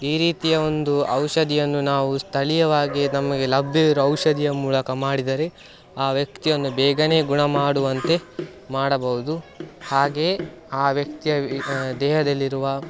ಈ ರೀತಿಯ ಒಂದು ಔಷಧಿಯನ್ನು ನಾವು ಸ್ಥಳೀಯವಾಗಿ ನಮಗೆ ಲಭ್ಯವಿರುವ ಔಷಧಿಯ ಮೂಲಕ ಮಾಡಿದರೆ ಆ ವ್ಯಕ್ತಿಯನ್ನು ಬೇಗನೇ ಗುಣ ಮಾಡುವಂತೆ ಮಾಡಬಹ್ದು ಹಾಗೆಯೇ ಆ ವ್ಯಕ್ತಿಯ ದೇಹದಲ್ಲಿರುವ